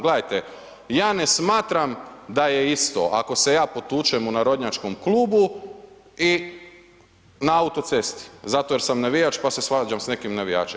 Gledajte, ja ne smatram da je isto ako se ja potučem u narodnjačkom klubu i na autocesti zato jer sam navijač pa se svađam s nekim navijačem.